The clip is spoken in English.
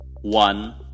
one